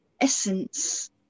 essence